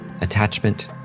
attachment